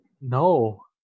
No